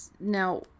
now